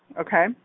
okay